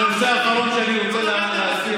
הנושא האחרון שאני רוצה להזכיר,